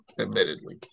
admittedly